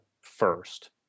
first